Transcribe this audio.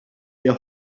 der